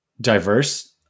diverse